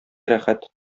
рәхәт